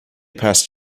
passed